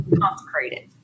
consecrated